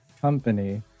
Company